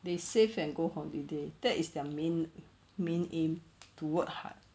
they save and go holiday that is their main main aim to work hard